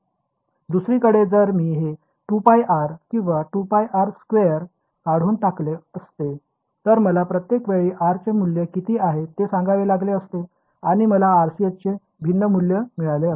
दुसरीकडे जर मी हे 2πr किंवा 2πr2 काढून टाकले असते तर मला प्रत्येक वेळी r चे मूल्य किती आहे ते सांगावे लागले असते आणि मला RCS चे भिन्न मूल्य मिळाले असते